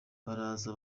baraza